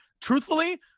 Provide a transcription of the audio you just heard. truthfully